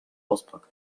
auspacke